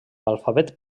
alfabet